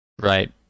right